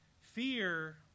Fear